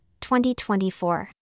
2024